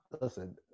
Listen